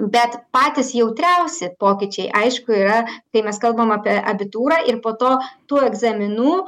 bet patys jautriausi pokyčiai aišku yra kai mes kalbam apie abitūrą ir po to tų egzaminų